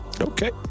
Okay